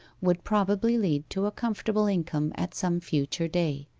would probably lead to a comfortable income at some future day.